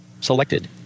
Selected